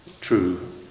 true